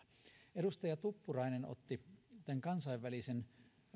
edustaja tuppurainen otti esille kansainvälisen